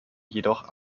jedoch